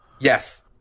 Yes